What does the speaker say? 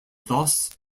thus